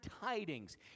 tidings